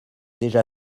déjà